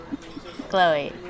Chloe